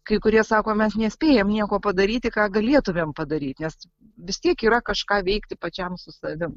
kai kurie sako mes nespėjam nieko padaryti ką galėtumėm padaryt nes vis tiek yra kažką veikti pačiam su savim